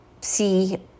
see